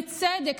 בצדק,